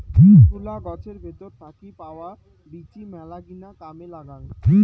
তুলা গছের ভেতর থাকি পাওয়া বীচি মেলাগিলা কামে লাগাং